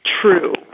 true